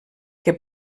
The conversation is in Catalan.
que